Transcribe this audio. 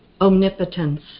Omnipotence